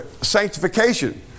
Sanctification